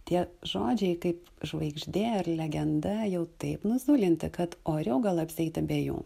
tie žodžiai kaip žvaigždė ar legenda jau taip nuzulinta kad oriau gal apsieiti be jų